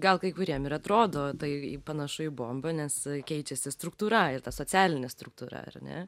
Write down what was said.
gal kai kuriem ir atrodo tai panašu į bombą nes keičiasi struktūra ir ta socialinė struktūra ar ne